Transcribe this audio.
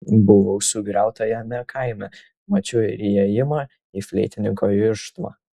buvau sugriautajame kaime mačiau ir įėjimą į fleitininko irštvą